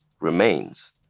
remains